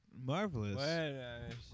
marvelous